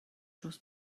dros